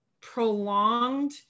prolonged